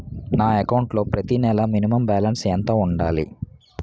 నా అకౌంట్ లో ప్రతి నెల మినిమం బాలన్స్ ఎంత ఉండాలి?